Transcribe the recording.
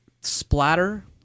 splatter